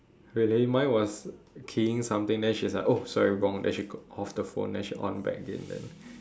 really mine was keying something then she was like oh sorry wrong then she off the phone then she on back again then